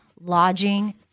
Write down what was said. lodging